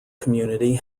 community